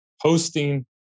hosting